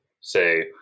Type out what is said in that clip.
say